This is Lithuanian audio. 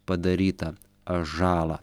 padarytą žalą